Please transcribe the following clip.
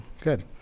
good